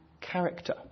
character